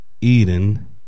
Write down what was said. Eden